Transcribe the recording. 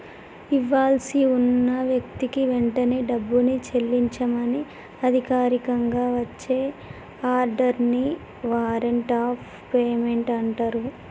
ఇవ్వాల్సి ఉన్న వ్యక్తికి వెంటనే డబ్బుని చెల్లించమని అధికారికంగా వచ్చే ఆర్డర్ ని వారెంట్ ఆఫ్ పేమెంట్ అంటరు